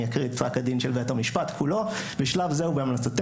אני אקריא את פסק הדין של בית המשפט כולו: "בשלב זה הוא בהמלצתנו,